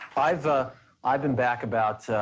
i've ah i've been back about,